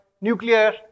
nuclear